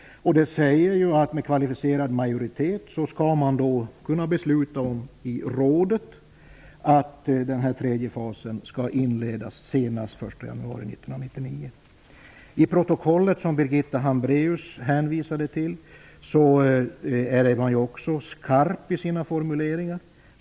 Den säger att rådet med kvalificerad majoritet skall kunna besluta att den tredje fasen skall inledas senast den 1 januari 1999. I protokollet som Birgitta Hambraeus hänvisade till är man också skarp i sina formuleringar.